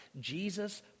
Jesus